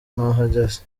nahageze